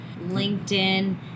LinkedIn